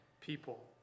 people